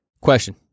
Question